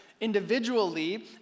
individually